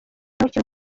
umukino